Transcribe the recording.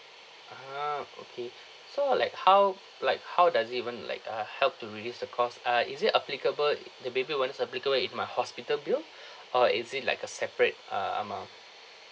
ah okay so like how like how does it even like ah help to reliefs the cost ah is it applicable i~ the baby bonus applicable with my hospital bill or is it like a separate uh amount